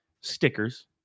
stickers